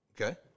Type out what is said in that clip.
Okay